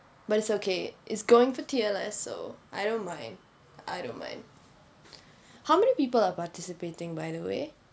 but it's okay is going for T_L_S so I don't mind I don't mind how many people are participating by the way